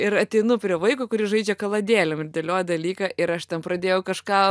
ir ateinu prie vaiko kuris žaidžia kaladėlėm ir dėlioja dalyką ir aš ten pradėjau kažką